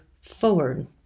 forward